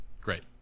Great